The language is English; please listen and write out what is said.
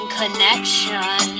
connection